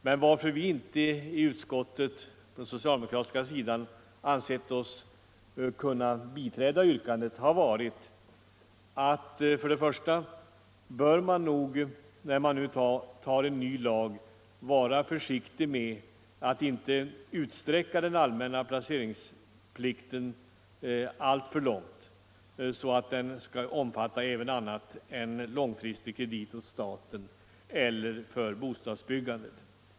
Men det finns flera skäl till att socialdemokraterna i utskottet inte ansett sig kunna biträda detsamma. För det första bör man nog när man nu antar en ny lag vara försiktig med att utsträcka den allmänna placeringsplikten så långt att den omfattar även annat än staten och bostadsbyggandet.